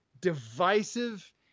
divisive